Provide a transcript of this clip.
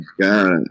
God